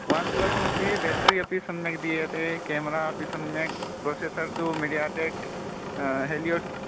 one plus मध्ये battery अपि सम्यक् दीयते केम्रा अपि सम्यक् प्रोसेसर् तु मिडियाटेक् हेल्योट्